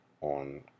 on